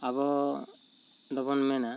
ᱟᱵᱚ ᱫᱚᱵᱚᱱ ᱢᱮᱱᱟ